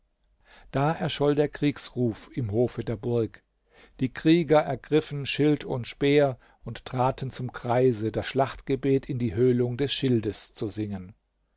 da erscholl der kriegsruf im hofe der burg die krieger ergriffen schild und speer und traten zum kreise das schlachtgebet in die höhlung des schildes zu singen